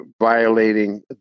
violating